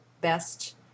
best